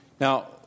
Now